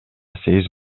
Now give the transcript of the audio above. сегиз